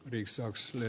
värderade talman